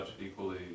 equally